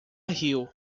riu